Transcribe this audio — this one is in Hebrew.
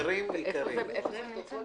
איפה זה נמצא?